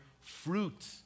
fruit